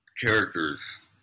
Characters